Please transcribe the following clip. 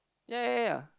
ya ya ya